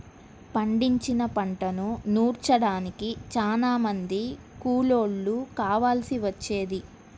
పండించిన పంటను నూర్చడానికి చానా మంది కూలోళ్ళు కావాల్సి వచ్చేది